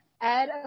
Add